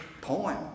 poem